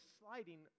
sliding